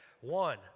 One